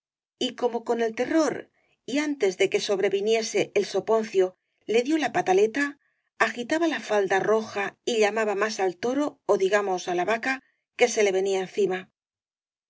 y como con el te rror y antes de que sobreviniese el soponcio le dió a pataleta agitaba la falda roja y llamaba más al toro ó digamos á la vaca que se le venía encima